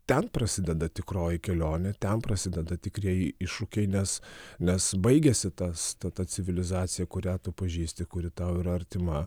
ten prasideda tikroji kelionė ten prasideda tikrieji iššūkiai nes nes baigiasi tas ta ta civilizacija kurią tu pažįsti kuri tau yra artima